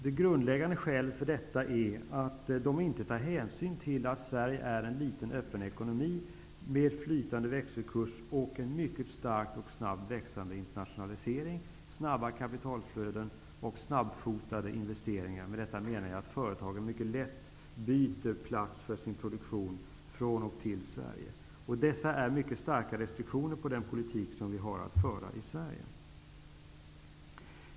Det grundläggande skälet för detta är att de inte tar hänsyn till att Sverige är en liten öppen ekonomi med flytande växelkurs och en mycket starkt och snabbt växande internationalisering, snabba kapitalflöden och snabbfotade investeringar -- med detta menar jag att företagen lätt byter plats för sin produktion från och till Sverige. Detta är mycket starka restriktioner på den politik som vi har att föra i Sverige.